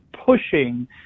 pushing